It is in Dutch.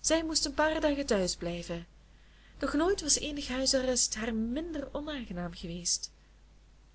zij moest een paar dagen thuisblijven doch nooit was eenig huisarrest haar minder onaangenaam geweest